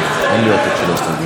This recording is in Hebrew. גברתי.